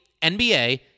NBA